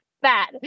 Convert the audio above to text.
bad